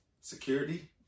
security